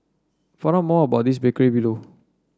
find out more about this bakery below